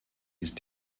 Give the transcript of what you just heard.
ist